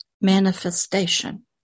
manifestation